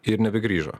ir nebegrįžo